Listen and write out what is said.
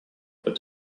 but